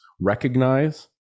recognize